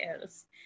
else